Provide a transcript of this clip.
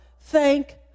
Thank